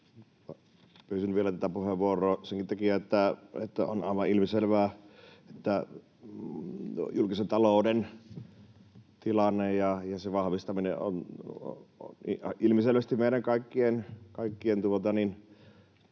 Pyysin vielä tätä puheenvuoroa senkin takia, että on aivan ilmiselvää, että julkisen talouden tilanne ja sen vahvistaminen on ilmiselvästi meidän kaikkien